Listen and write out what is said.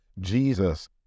Jesus